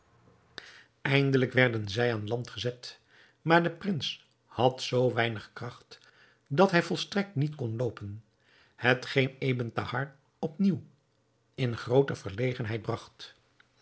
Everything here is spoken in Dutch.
eindelijk werden zij aan land gezet maar de prins had zoo weinig kracht dat hij volstrekt niet kon loopen hetgeen ebn thahar op nieuw in groote verlegenheid bragt